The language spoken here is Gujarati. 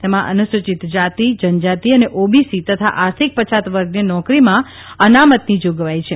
તેમાં અનુસૂચિત જાતિ જનજાતિ અને ઓબીસી તથા આર્થિક પછાત વર્ગને નોકરીમાં અનામતની જોગવાઇ છે